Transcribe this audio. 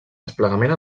desplegament